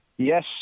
Yes